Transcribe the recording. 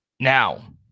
Now